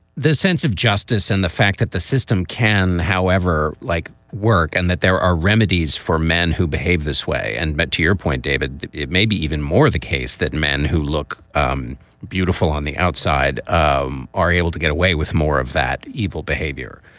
the sense of justice and the fact that the system can, however, like work and that there are remedies for men who behave this way. and get to your point, david. it may be even more the case that men who look um beautiful on the outside um are able to get away with more of that evil behavior.